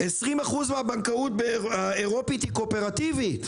20% מהבנקאות האירופית היא קואופרטיבית.